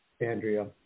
Andrea